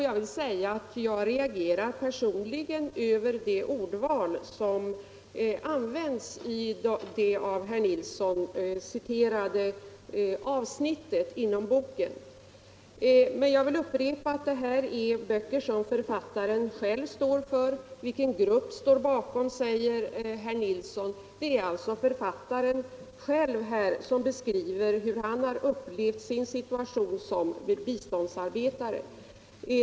Jag vill säga att jag personligen reagerar mot det ordval som används i det av herr Nilsson citerade avsnittet i boken. Men jag upprepar att det här gäller böcker som författaren själv står för. Vilken grupp står bakom? frågar herr Nilsson. Det är författaren själv som här beskriver hur han har upplevt sin situation som biståndsarbetare.